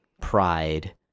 pride